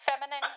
feminine